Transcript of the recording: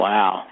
Wow